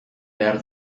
behar